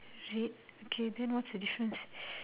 red okay then what's the difference